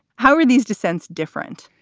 how are these dissents different?